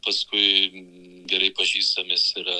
paskui gerai pažįstamas yra